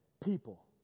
people